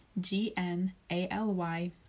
G-N-A-L-Y